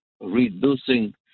reducing